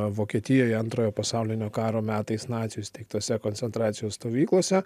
vokietijoje antrojo pasaulinio karo metais nacių įsteigtose koncentracijos stovyklose